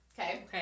Okay